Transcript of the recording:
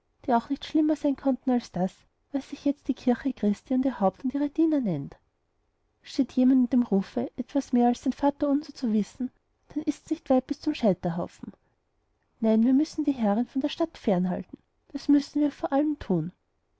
die auch nicht schlimmer sein konnten als das was sich jetzt die kirche christi und ihr haupt und ihre diener nennt steht jemand in dem rufe etwas mehr als sein vaterunser zu wissen dann ist's nicht weit bis zum scheiterhaufen nein wir müssen die herrin von der stadt fernhalten das müssen wir vor allem tun